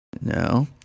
No